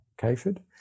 Kayford